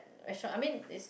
restaurant I mean is